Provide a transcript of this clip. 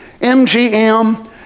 MGM